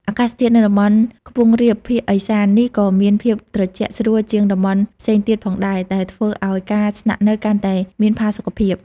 អាកាសធាតុនៅតំបន់ខ្ពង់រាបភាគឦសាននេះក៏មានភាពត្រជាក់ស្រួលជាងតំបន់ផ្សេងទៀតផងដែរ ដែលធ្វើឲ្យការស្នាក់នៅកាន់តែមានផាសុកភាព។